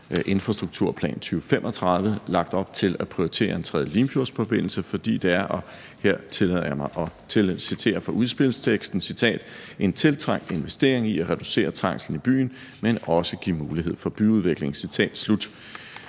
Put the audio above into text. Infrastrukturplan 2035« lagt op til at prioritere en tredje limfjordsforbindelse, fordi – og her tillader jeg mig at citere fra udspilsteksten: »I Aalborg er en tredje Limfjordsforbindelse en tiltrængt investering i at reducere trængslen i byen, som også giver mulighed for byudvikling.« Nu